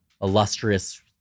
illustrious